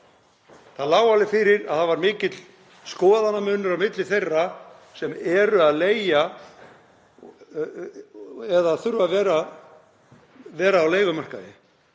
Það lá alveg fyrir að það var mikill skoðanamunur á milli þeirra sem eru að leigja eða þurfa að vera á leigumarkaði